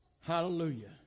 Hallelujah